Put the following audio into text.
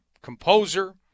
composer